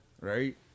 right